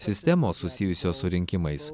sistemos susijusios su rinkimais